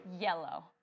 yellow